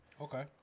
Okay